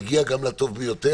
ואנחנו נגיע גם לטוב ביותר,